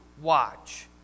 watch